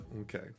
Okay